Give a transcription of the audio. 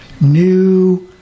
new